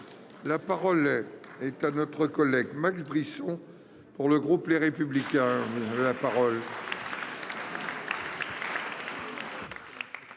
la parole est à notre collègue Max Brisson pour le groupe Les Républicains.